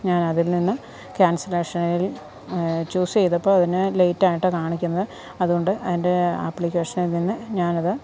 ഞാൻ അതിൽ നിന്ന് ക്യാൻസലേഷനിൽ ചൂസ് ചെയ്തപ്പോൾ അതിന് ലെയിറ്റായിട്ടാണ് കാണിക്കുന്നത് അത്കൊണ്ട് അതിൻ്റെ ആപ്ലിക്കേഷനിൽ നിന്ന് ഞാനത്